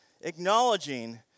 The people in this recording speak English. acknowledging